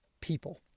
people